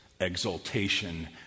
exaltation